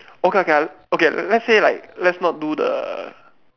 okay okay okay let's say like let's not do the